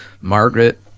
Margaret